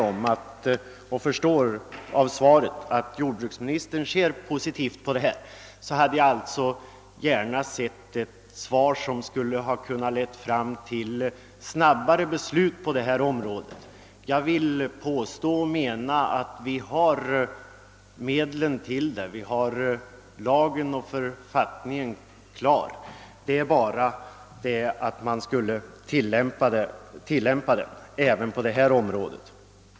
Jag förstår av svaret att jordbruksministern ser positivt på det spörsmål jag tagit upp, men jag skulle ändå gärna ha sett att han anvisat vägar som kan leda fram till ett snabbt beslut. Jag vill påstå att vi har de lagar och förordningar som erfordras; det gäller bara att tillämpa dem även på det här området.